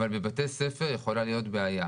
אבל בבתי ספר יכולה להיות בעיה,